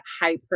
high